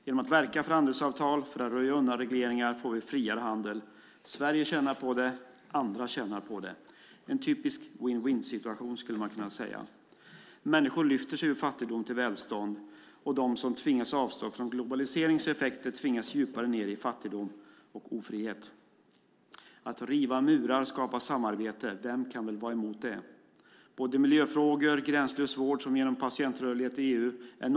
Genom att verka för handelsavtal för att röja undan regleringar får vi en friare handel. Sverige tjänar på det, och andra tjänar på det. Det är en typisk win-win-situation skulle man kunna säga. Människor lyfter sig ur fattigdom till välstånd. De som tvingas avstå från globaliseringen effekter tvingas djupare ned i fattigdom och ofrihet. Att riva murar och att skapa samarbete - vem kan väl vara emot det? Miljöfrågor och gränslös vård som genom patientrörligheten i EU är några exempel.